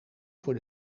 voor